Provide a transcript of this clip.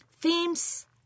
themes